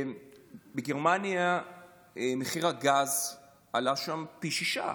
בגרמניה מחיר הגז עלה פי שישה.